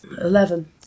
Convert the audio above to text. Eleven